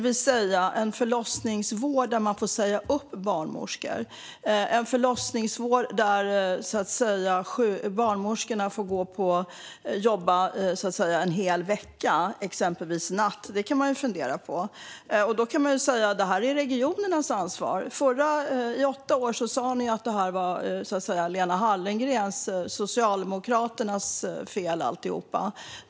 Vi har en förlossningsvård där man får säga upp barnmorskor och där barnmorskorna exempelvis får jobba natt en hel vecka. Det kan man fundera på. Då kan man säga: Detta är ju regionernas ansvar. I åtta år sa ni att allt det här var Lena Hallengrens och Socialdemokraternas fel.